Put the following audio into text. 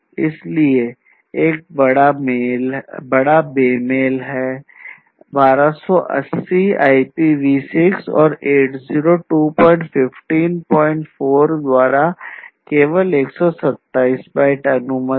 इसलिए एक बड़ा बेमेल है 1280 IPv6 और 802154 द्वारा केवल 127 बाइट्स अनुमत है